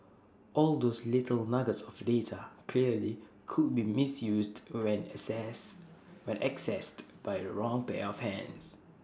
all those little nuggets of data clearly could be misused when assess when accessed by the wrong pair of hands